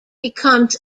becomes